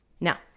Now